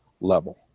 level